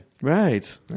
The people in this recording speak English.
Right